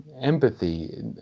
empathy